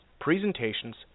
presentations